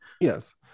yes